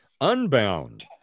unbound